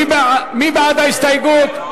מי בעד ההסתייגות?